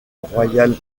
royal